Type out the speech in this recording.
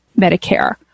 Medicare